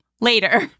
later